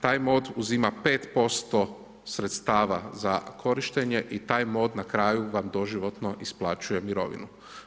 Taj MOD uzima 5% sredstava za korištenje i taj MOD na kraju vam doživotno isplaćuje mirovinu.